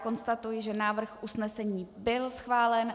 Konstatuji, že návrh usnesení byl schválen.